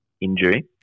injury